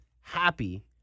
happy